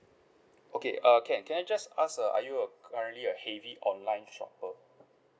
okay err can can I just ask uh are you a currently a heavy online shopper